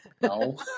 No